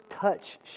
touch